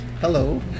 Hello